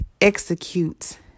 execute